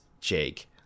Jake